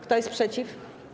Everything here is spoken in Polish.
Kto jest przeciw?